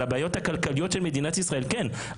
הבעיות הכלכליות של מדינת ישראל כן,